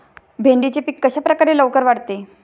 भेंडीचे पीक कशाप्रकारे लवकर वाढते?